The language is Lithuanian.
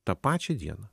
tą pačią dieną